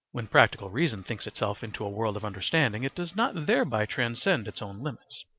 when practical reason thinks itself into a world of understanding, it does not thereby transcend its own limits,